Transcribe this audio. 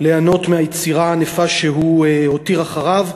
ליהנות מהיצירה הענפה שהוא הותיר אחריו.